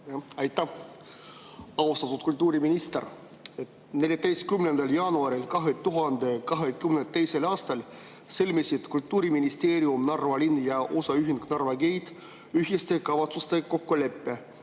Aitäh! Austatud kultuuriminister! 14. jaanuaril 2022. aastal sõlmisid Kultuuriministeerium, Narva linn ja Narva Gate OÜ ühiste kavatsuste kokkuleppe,